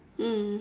mm